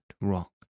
rock